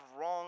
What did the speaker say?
wrong